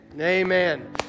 Amen